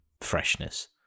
freshness